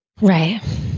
Right